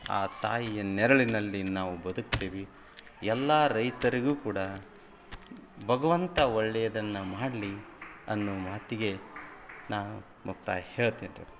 ಆ ತಾಯಿಯ ನೆರಳಿನಲ್ಲಿ ನಾವು ಬದುಕ್ತೇವೆ ಎಲ್ಲ ರೈತರಿಗೂ ಕೂಡ ಭಗವಂತ ಒಳ್ಳೆಯದನ್ನ ಮಾಡಲಿ ಅನ್ನೋ ಮಾತಿಗೆ ನಾನು ಮುಕ್ತಾಯ ಹೇಳ್ತೇನೆ ರೀ